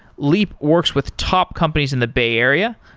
leap works with top companies in the bay area,